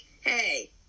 hey